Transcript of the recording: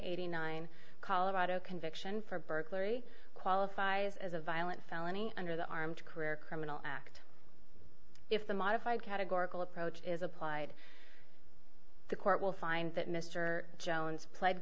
eighty nine colorado conviction for burglary qualifies as a violent felony under the armed career criminal act if the modified categorical approach is applied the court will find that mr jones pled